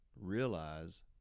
realize